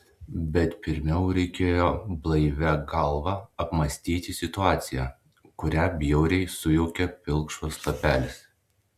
bet pirmiau reikėjo blaivia galva apmąstyti situaciją kurią bjauriai sujaukė pilkšvas lapelis